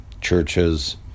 churches